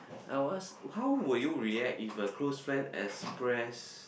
I would ask how would you react if a close friend express